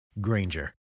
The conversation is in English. Granger